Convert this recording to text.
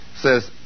says